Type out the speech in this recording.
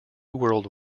world